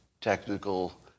technical